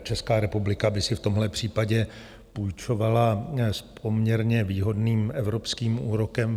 Česká republika by si v tomhle případě půjčovala s poměrně výhodným evropským úrokem.